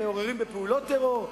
מעורבים בפעולות טרור?